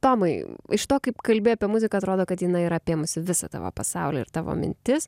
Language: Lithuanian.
tomai iš to kaip kalbi apie muziką atrodo kad jinai yra apėmusi visą tavo pasaulį ir tavo mintis